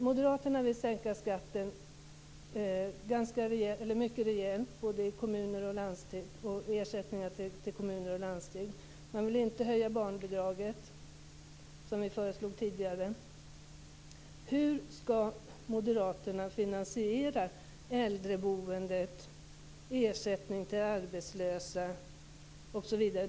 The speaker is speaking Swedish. Moderaterna vill sänka både skatten och ersättningarna till kommuner och landsting rejält. Man vill inte höja barnbidraget som vi föreslog tidigare. Hur skall Moderaterna finansiera äldreboendet, ersättningen till de arbetslösa osv.?